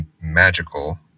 magical